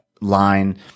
line